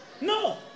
No